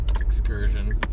excursion